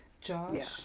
Josh